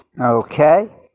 okay